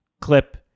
clip